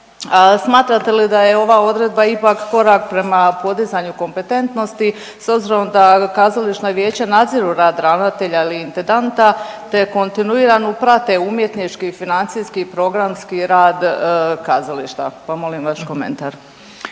smatrate li da je ova odredba ipak korak prema podizanju kompetentnosti s obzirom da kazališna vijeća nadziru rad ravnatelja ili intendanta, te kontinuirano prate umjetnički i financijski i programski rad kazališta, pa molim vaš komentar.